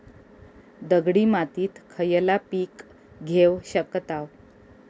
दगडी मातीत खयला पीक घेव शकताव?